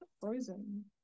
Frozen